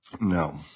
No